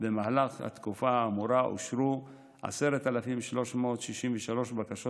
במהלך התקופה האמורה אושרו 10,363 בקשות